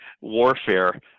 warfare